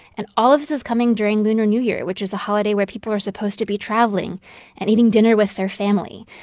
and all of this is coming during lunar new year, which is a holiday where people are supposed to be traveling and eating dinner with their family.